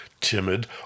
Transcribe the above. timid